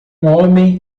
homem